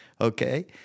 okay